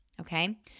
okay